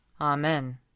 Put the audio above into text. Amen